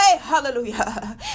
hallelujah